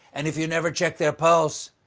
and if you never check their pulse,